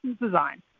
Design